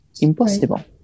Impossible